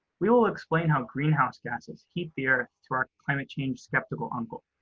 we will explain how greenhouse gases heat the earth to our climate change skeptical uncle.